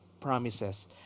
promises